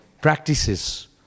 practices